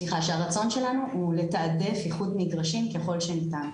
שלנו הוא לתעדף איחוד מגרשים ככל שניתן.